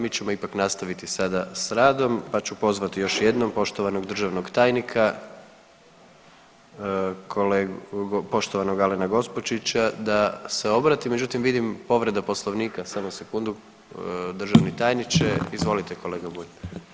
Mi ćemo ipak nastaviti sada s radom, pa ću pozvati još jednom poštovanog državnog tajnika, poštovanog Alena Gospočića da se obrati, međutim vidim povreda Poslovnika, samo sekundu državni tajniče, izvolite kolega Bulj.